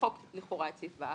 למחוק לכאורה את סעיף ו',